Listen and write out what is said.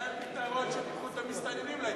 אולי הפתרון, שייקחו את המסתננים להתנחלויות.